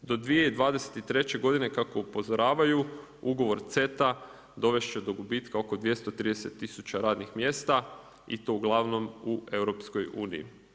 Do 2023. godine kako upozoravaju ugovor CETA dovest će do gubitka oko 230 tisuća radnih mjesta i to uglavnom u EU.